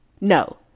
No